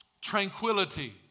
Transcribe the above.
tranquility